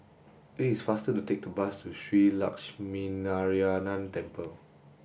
it is faster to take the bus to Shree Lakshminarayanan Temple